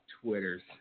Twitters